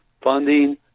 funding